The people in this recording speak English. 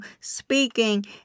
speaking